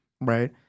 right